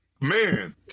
man